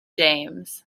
james